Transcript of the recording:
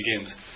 games